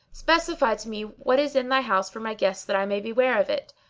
specify to me what is in thy house for my guests that i may be ware of it.